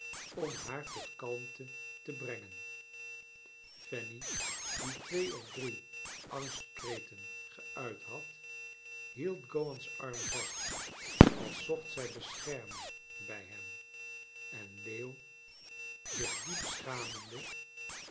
om haar tot kalmte te brengen fanny die twee of drie angstkreten geuit had r hield gowan's arm vast als zocht zij bescherming bij hem en leeuw zich diep schamende